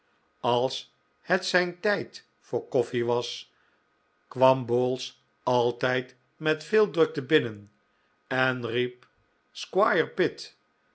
als het zijn tijd voor koffie was kwam bowls altijd met veel drukte binnen en riep